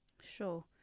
Sure